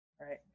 Right